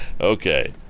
Okay